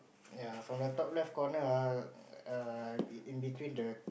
yea from the top left corner ah err in between the